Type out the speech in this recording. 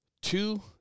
Two